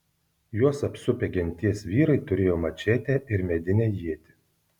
juos apsupę genties vyrai turėjo mačetę ir medinę ietį